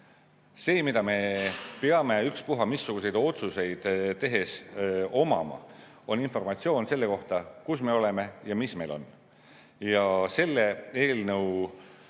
See, mida me peame ükspuha missuguseid otsuseid tehes omama, on informatsioon selle kohta, kus me oleme ja mis meil on. Ja selle eelnõu